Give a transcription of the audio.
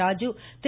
Raju Thiru